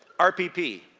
rpp.